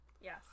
yes